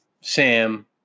Sam